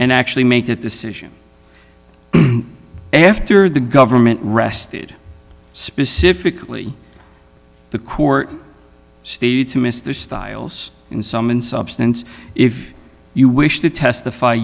and actually make that decision after the government rested specifically the court stated to mr stiles in sum and substance if you wish to testify